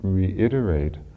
reiterate